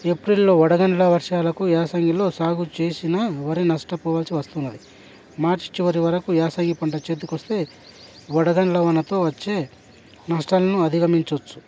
ఏప్రిల్లో వడగండ్ల వర్షాలకు యాసంగిలో సాగు చేసిన వరి నష్టపోవాల్సి వస్తున్నది మార్చి చివరి వరకు యాసంగి పంట చేతికొస్తే వడగండ్ల వానతో వచ్చే నష్టాలను అధిగమించవచ్చు